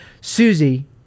Susie